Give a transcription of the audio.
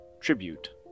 tribute